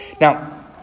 Now